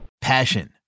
Passion